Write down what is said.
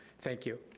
thank you.